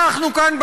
אנחנו כאן,